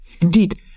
Indeed